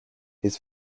his